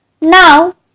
Now